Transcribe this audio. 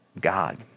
God